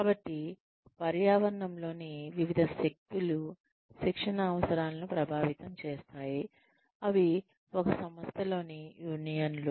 కాబట్టి పర్యావరణంలోని వివిధ శక్తులు శిక్షణ అవసరాలను ప్రభావితం చేస్తాయి అవి ఒక సంస్థలోని యూనియన్లు